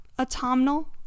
autumnal